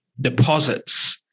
deposits